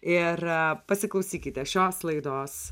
ir pasiklausykite šios laidos